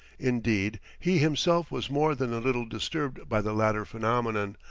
indeed, he himself was more than a little disturbed by the latter phenomenon,